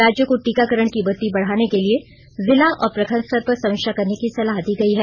राज्यों को टीकाकरण की गति बढ़ाने के लिए जिला और प्रखण्ड स्तर पर समीक्षा करने की सलाह दी गई है